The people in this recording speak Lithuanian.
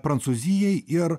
prancūzijai ir